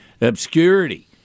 obscurity